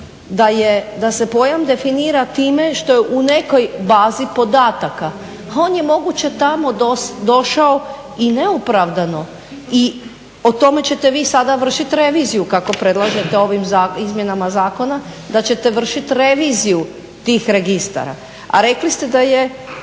da se pojam definira time što je u nekoj bazi podataka. On je moguće tamo došao i neopravdano i o tome ćete vi sada vršiti reviziju kako predlažete ovim izmjenama zakona, da ćete vršiti reviziju tih registara, a rekli ste da je